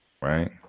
Right